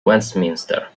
westminster